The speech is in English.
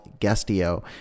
Guestio